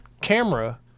camera